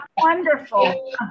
Wonderful